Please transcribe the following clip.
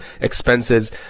expenses